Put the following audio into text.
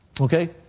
Okay